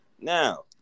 Now